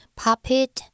puppet